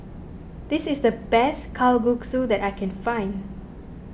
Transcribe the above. this is the best Kalguksu that I can find